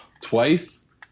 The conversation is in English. twice